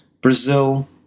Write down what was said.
Brazil